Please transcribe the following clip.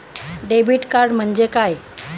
Debit card म्हणजे काय?